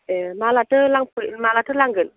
ए मालाथो लांफै मालाथो लांगोन